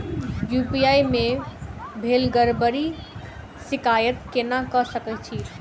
UPI मे भेल गड़बड़ीक शिकायत केना कऽ सकैत छी?